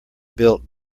built